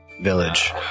village